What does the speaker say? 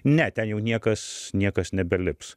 ne ten jau niekas niekas nebelips